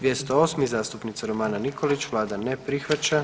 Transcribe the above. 208. zastupnica Romana Nikolić, vlada ne prihvaća.